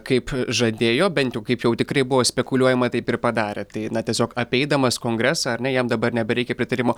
kaip žadėjo bent kaip jau tikrai buvo spekuliuojama taip ir padarė tai na tiesiog apeidamas kongresą ar ne jam dabar nebereikia pritarimo